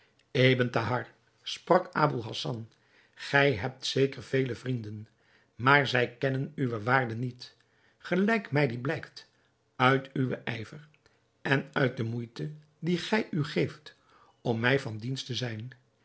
ebn thahar sprak aboul hassan gij hebt zeker vele vrienden maar zij kennen uwe waarde niet gelijk mij die blijkt uit uwen ijver en uit de moeite die gij u geeft om mij van dienst te zijn